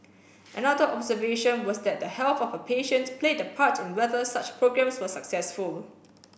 another observation was that the health of a patient played a part in whether such programs were successful